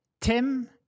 Tim